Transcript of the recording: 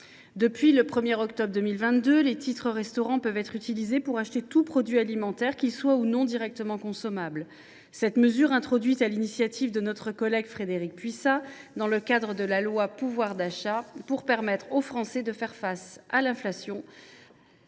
Depuis le 1 octobre 2022, les titres restaurant peuvent être utilisés pour acheter tout produit alimentaire, qu’il soit ou non directement consommable. Cette mesure, introduite sur l’initiative de notre collègue Frédérique Puissat dans le cadre de la loi sur le pouvoir d’achat d’août 2022, pour permettre aux Français de faire face à l’inflation,